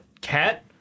Cat